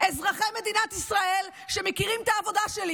אזרחי מדינת ישראל, שמכירים את העבודה שלי.